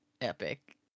epic